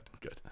Good